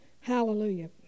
Hallelujah